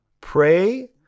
Pray